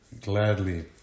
gladly